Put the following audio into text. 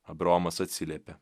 abraomas atsiliepė